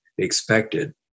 Expected